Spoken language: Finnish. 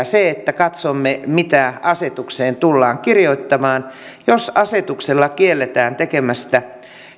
se että katsomme mitä asetukseen tullaan kirjoittamaan jos asetuksella kielletään tekemästä